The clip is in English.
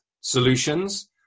solutions